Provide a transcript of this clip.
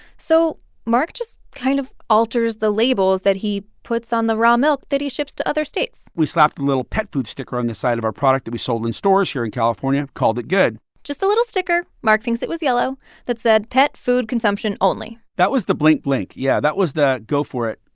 so mark just kind of alters the labels that he puts on the raw milk that he ships to other states we slapped a little pet food sticker on the side of our product to be sold in stores here in california, called it good just a little sticker mark thinks it was yellow that said, pet food consumption only that was the blink, blink. yeah, that was the, go for it,